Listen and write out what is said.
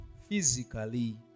physically